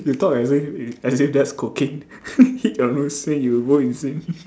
you talk as if as if that's cocaine hit your nose than you go insane